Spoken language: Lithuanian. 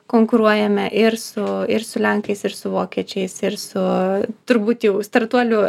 konkuruojame ir su ir su lenkais ir su vokiečiais ir su turbūt jau startuolių